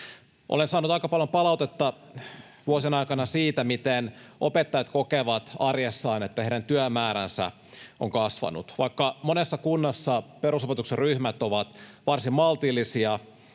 Olen saanut aika paljon palautetta vuosien aikana siitä, miten opettajat kokevat arjessaan, että heidän työmääränsä on kasvanut. Vaikka monessa kunnassa perusopetuksen ryhmät ovat varsin maltillisia,